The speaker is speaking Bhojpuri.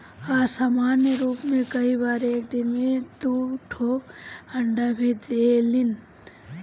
असामान्य रूप में कई बार एक दिन में दू ठो अंडा भी देलिन